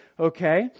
Okay